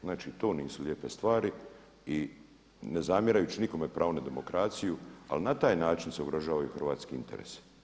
Znači to nisu lijepe stvari i ne zamjerajući nikome pravo na demokraciju ali na taj način se ugrožavaju hrvatski interesi.